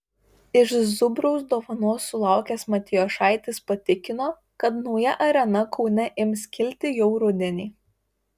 iš zubraus dovanos sulaukęs matijošaitis patikino kad nauja arena kaune ims kilti jau rudenį